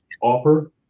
Offer